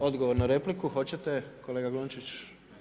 Odgovor na repliku hoćete kolega Glunčić?